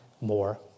more